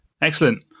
Excellent